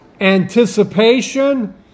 anticipation